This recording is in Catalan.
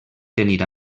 tenir